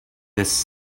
this